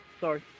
Sorry